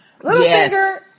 Littlefinger